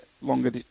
longer